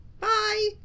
Bye